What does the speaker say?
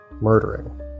murdering